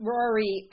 Rory